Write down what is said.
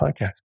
Podcast